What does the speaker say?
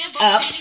up